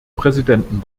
präsidenten